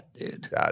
dude